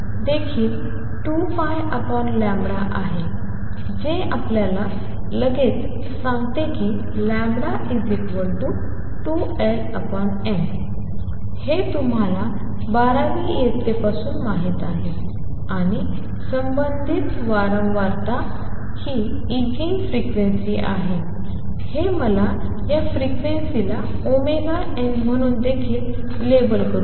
knnπL देखील 2π आहे जे आपल्याला लगेच सांगते की λ2Ln हे तुम्हाला बाराव्या इयत्तेपासून माहित आहे आणि संबंधित वारंवारता ही इगेन फ्रिक्वेन्सी आहे मला या फ्रिक्वेन्सीजला n म्हणून देखील लेबल करू द्या